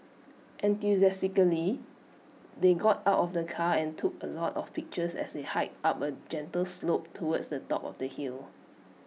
enthusiastically they got out of the car and took A lot of pictures as they hiked up A gentle slope towards the top of the hill